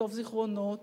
לכתוב זיכרונות,